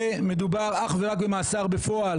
שמדובר אך ורק במאסר בפועל,